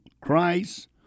Christ